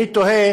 אני תוהה